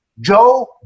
Joe